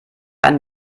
einen